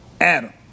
Adam